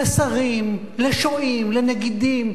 לשרים, לשועים, לנגידים.